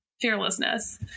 fearlessness